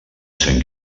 sant